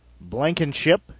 Blankenship